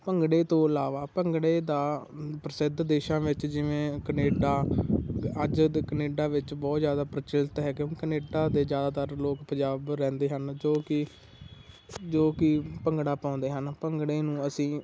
ਭੰਗੜੇ ਤੋਂ ਇਲਾਵਾ ਭੰਗੜੇ ਦਾ ਪ੍ਰਸਿੱਧ ਦੇਸ਼ਾਂ ਵਿੱਚ ਜਿਵੇਂ ਕਨੇਡਾ ਅੱਜ ਕਨੇਡਾ ਵਿੱਚ ਬਹੁਤ ਜ਼ਿਆਦਾ ਪ੍ਰਚਲਿਤ ਹੈ ਕਿਉਂਕਿ ਕੈਨੇਡਾ ਦੇ ਜ਼ਿਆਦਾਤਰ ਲੋਕ ਪੰਜਾਬ ਰਹਿੰਦੇ ਹਨ ਜੋ ਕਿ ਜੋ ਕਿ ਭੰਗੜਾ ਪਾਉਂਦੇ ਹਨ ਭੰਗੜੇ ਨੂੰ ਅਸੀਂ